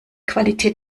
qualität